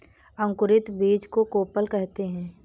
अंकुरित बीज को कोपल कहते हैं